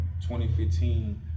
2015